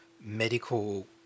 medical